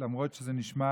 למרות שזה נשמע